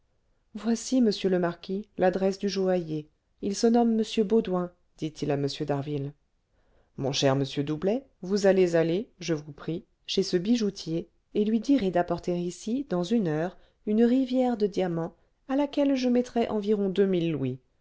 voici monsieur le marquis l'adresse du joaillier il se nomme m baudoin dit-il à m d'harville mon cher monsieur doublet vous allez aller je vous prie chez ce bijoutier et lui direz d'apporter ici dans une heure une rivière de diamants à laquelle je mettrai environ deux mille louis